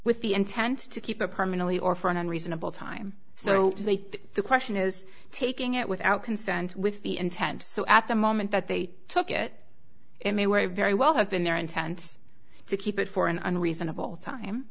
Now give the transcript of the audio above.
with the intent to keep the permanently or for a reasonable time so the question is taking it without consent with the intent so at the moment that they took it in a way very well have been their intent to keep it for an unreasonable time